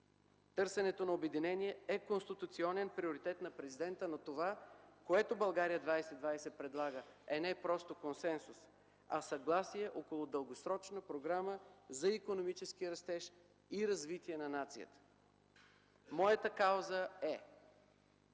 Търсенето на обединение е конституционен приоритет на президента, но това, което „България 2020” предлага, е не просто консенсус, а съгласие около дългосрочна програма за икономически растеж и развитие на нацията. Моята кауза е